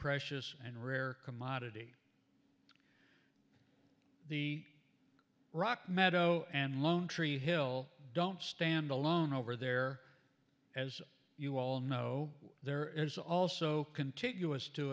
precious and rare commodity the rock meadow and lone tree hill don't stand alone over there as you all know there is also contiguous